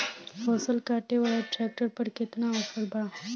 फसल काटे वाला ट्रैक्टर पर केतना ऑफर बा?